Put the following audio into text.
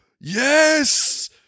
yes